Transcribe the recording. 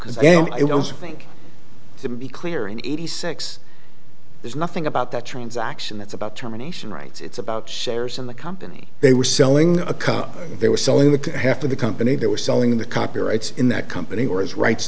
because i think to be clear in eighty six there's nothing about that transaction that's about terminations rights it's about shares in the company they were selling a car they were selling half of the company that was selling the copyrights in that company or his rights